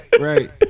Right